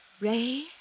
Ray